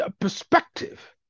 perspective